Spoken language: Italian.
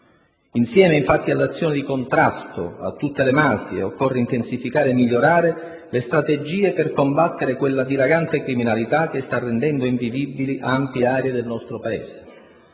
Insieme infatti all'azione di contrasto a tutte le mafie, occorre intensificare e migliorare le strategie per combattere quella dilagante criminalità che sta rendendo invivibili ampie aree del nostro Paese.